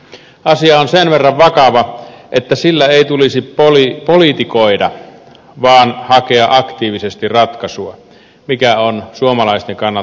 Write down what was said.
asia on sen verran vakava että sillä ei tulisi politikoida vaan hakea aktiivisesti ratkaisua mikä on suomalaisten kannalta järkevin